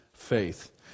faith